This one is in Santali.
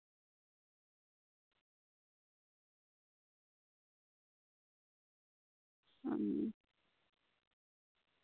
ᱚ